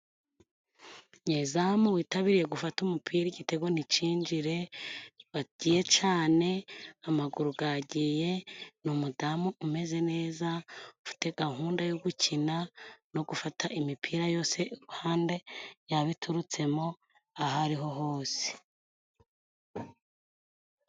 Nyezamu witabiye gufate umupira igitego nticinjire bagiye cane amaguru gagiye ni umudamu umeze neza ufite gahunda yo gukina no gufata imipira yose iruhande yaba iturutsemo ahariho hose.